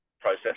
process